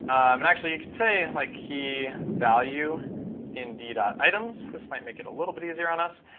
and actually, you could say like key, value in d but items. this might make it a little bit easier on us.